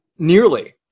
Nearly